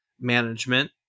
management